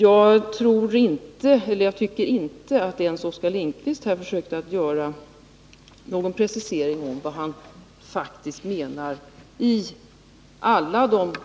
Jag tycker inte att ens Oskar Lindkvist Om villkoren för försökte göra någon precisering av vad han faktiskt menar i alla de många